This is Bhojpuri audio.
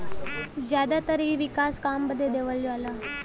जादातर इ विकास काम बदे देवल जाला